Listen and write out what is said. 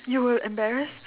you were embarrassed